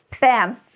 Bam